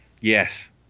Yes